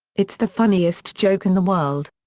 it's the funniest joke in the world.